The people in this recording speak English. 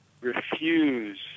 refuse